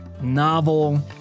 novel